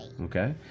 Okay